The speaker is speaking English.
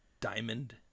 Diamond